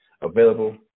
available